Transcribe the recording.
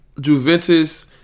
Juventus